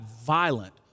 violent